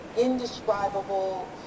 indescribable